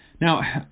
Now